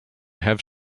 have